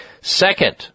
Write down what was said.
Second